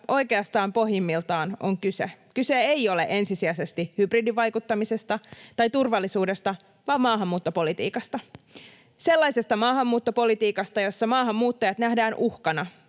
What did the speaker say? oikeastaan pohjimmiltaan on kyse? Kyse ei ole ensisijaisesti hybridivaikuttamisesta tai turvallisuudesta, vaan maahanmuuttopolitiikasta. Sellaisesta maahanmuuttopolitiikasta, jossa maahanmuuttajat nähdään uhkana,